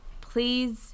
Please